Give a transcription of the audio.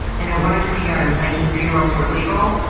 and i wanted to figure out if viking funerals were legal.